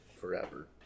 forever